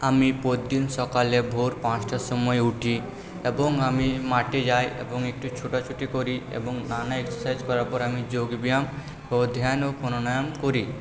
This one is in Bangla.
আমি সকালে ভোর পাঁচটার সময় উঠি এবং আমি মাঠে যাই এবং একটু ছোটাছোটি করি এবং নানা এক্সারসাইস করার পরে যোগব্যায়াম ও ধ্যান ও প্রাণায়াম করি